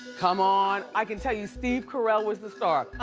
come on, i can tell you steve carell was the star.